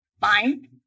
Fine